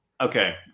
okay